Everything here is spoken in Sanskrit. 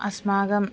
अस्माकं